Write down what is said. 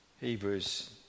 Hebrews